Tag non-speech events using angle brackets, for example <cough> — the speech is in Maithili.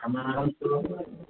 हमरा <unintelligible>